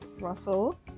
Russell